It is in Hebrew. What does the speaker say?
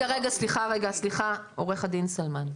סליחה, עו"ד סלמן.